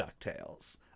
DuckTales